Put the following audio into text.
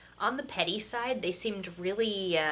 on the petty side, they seemed really, ah,